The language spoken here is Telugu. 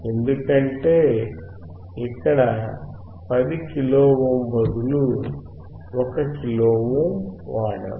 ఎందుకంటే ఇక్కడ 10 కిలో ఓమ్ బదులు 1 కిలో ఓమ్ వాడాం